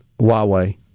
Huawei